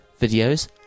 videos